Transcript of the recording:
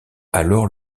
alors